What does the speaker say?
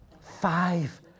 Five